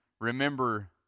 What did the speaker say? remember